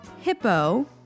hippo